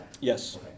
yes